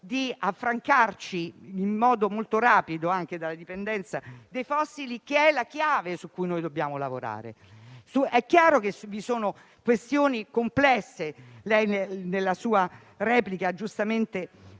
di affrancarci in modo molto rapido dalla dipendenza dai fossili è la chiave su cui dobbiamo lavorare. È chiaro che vi sono questioni complesse (nella sua replica ha giustamente